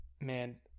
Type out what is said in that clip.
Man